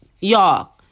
y'all